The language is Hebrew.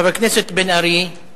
חבר הכנסת בן-ארי, מוותר.